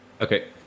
Okay